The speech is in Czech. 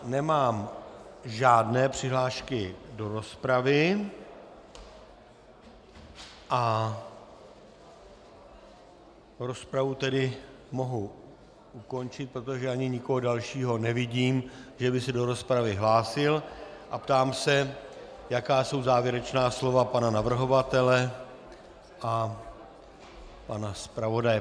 Nemám žádné přihlášky do rozpravy, rozpravu tedy mohu ukončit, protože ani nikoho dalšího nevidím, že by se do rozpravy hlásil, a ptám se, jaká jsou závěrečná slova pana navrhovatele a pana zpravodaje.